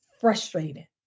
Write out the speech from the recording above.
frustrated